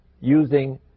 using